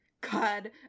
god